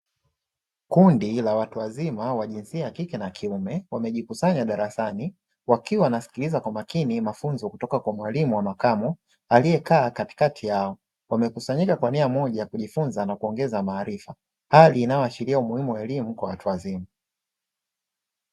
Kundi la watu wazima wa jinsia ya kike na kiume, wamejikusanya darasani, wakiwa wanasikiliza kwa makini mafunzo kutoka kwa mwalimu wa makamo, aliyekaa katikati yao. Wamekusanyika kwa nia moja ya kujifunza na kuongeza maarifa, hali inayoashiria umuhimu wa elimu kwa watu wazima.